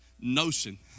notion